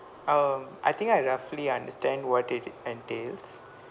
um I think I roughly understand what it entails